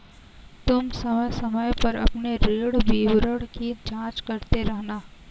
तुम समय समय पर अपने ऋण विवरण की जांच करते रहना